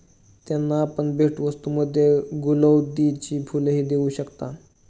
त्यांना आपण भेटवस्तूंमध्ये गुलौदीची फुलंही देऊ शकता